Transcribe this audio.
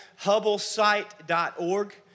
HubbleSite.org